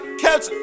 catch